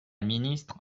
ministre